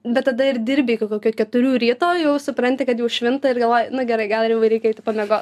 bet tada ir dirbi iki kokių keturių ryto jau supranti kad jau švinta ir galvoji nu gerai gal ir jau reikia eiti pamiegot